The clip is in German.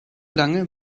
lange